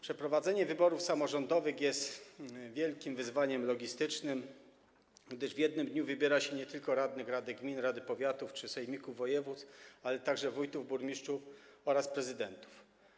Przeprowadzenie wyborów samorządowych jest wielkim wyzwaniem logistycznym, gdyż w jednym dniu wybiera się nie tylko radnych rad gmin, rad powiatów czy sejmików województw, ale także wójtów, burmistrzów oraz prezydentów.